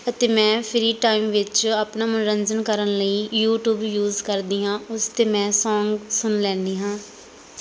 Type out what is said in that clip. ਅਤੇ ਮੈਂ free time ਵਿੱਚ ਆਪਣਾ ਮਨੋਰੰਜਨ ਕਰਨ ਲਈ ਯੂਟੀਊਬ ਯੂਜ ਕਰਦੀ ਹਾਂ ਉਸ 'ਤੇ ਮੈਂ ਸੌਂਗ ਸੁਣ ਲੈਂਦੀ ਹਾਂ